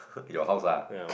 your house ah